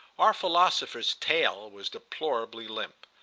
our philosopher's tail was deplorably limp.